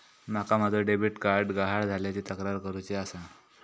माका माझो debit card गहाळ झाल्याची तक्रार करुची आसा